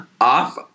off